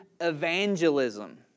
evangelism